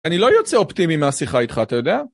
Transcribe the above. אני לא יוצא אופטימי מהשיחה איתך, אתה יודע?